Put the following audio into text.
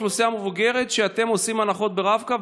כשאתם עושים הנחות ברב-קו,